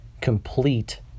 complete